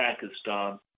Pakistan